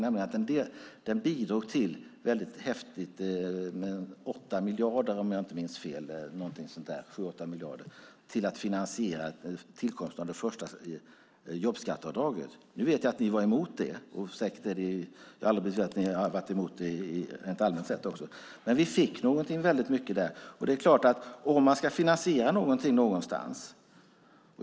Detta bidrog nämligen till en häftig - 7-8 miljarder om jag inte minns fel - finansiering av tillkomsten av det första jobbskatteavdraget. Jag vet att ni var emot det, och det hade ni säkert också varit rent allmänt sett. Men vi fick väldigt mycket där. Så här måste det vara om man ska ha finansiering för någonting någonstans.